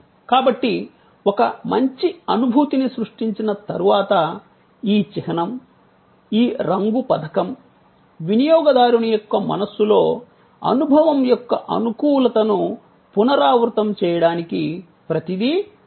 కాబట్టి ఒక మంచి అనుభూతిని సృష్టించిన తర్వాత ఈ చిహ్నం ఈ రంగు పథకం వినియోగదారుని యొక్క మనస్సులో అనుభవం యొక్క అనుకూలతను పునరావృతం చేయడానికి ప్రతిదీ ముఖ్యం